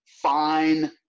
fine